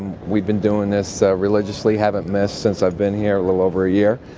we've been doing this religiously, haven't missed since i been here. a little over a year.